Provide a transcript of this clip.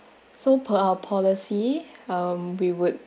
so per our policy um we would